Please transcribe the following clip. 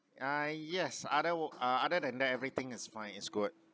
uh yes other uh other than that everything is fine it's good